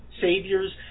Saviors